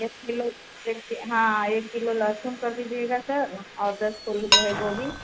दस किलो क्योंकि हाँ एक किलो लहसन कर दीजिएगा सर और दस किलो जो है गोभी